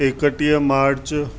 एकटीह मार्च